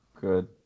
Good